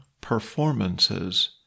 performances